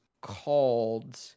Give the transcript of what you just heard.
called